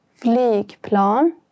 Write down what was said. flygplan